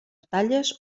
talles